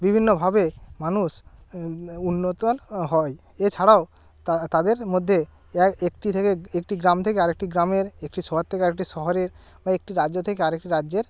বিভিন্নভাবে মানুষ উন্নত হয় এছাড়াও তাদের মধ্যে একটি থেকে একটি গ্রাম থেকে আর একটি গ্রামের একটি শহর থেকে আর একটি শহরের বা একটি রাজ্য থেকে আর একটি রাজ্যের